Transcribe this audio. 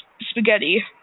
spaghetti